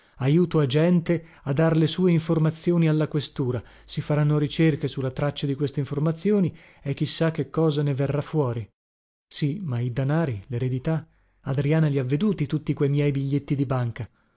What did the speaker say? meis torinese ajuto agente a dar le sue informazioni alla questura si faranno ricerche su la traccia di queste informazioni e chi sa che cosa ne verrà fuori sì ma i danari leredità adriana li ha veduti tutti que miei biglietti di banca